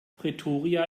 pretoria